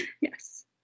yes